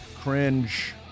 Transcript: cringe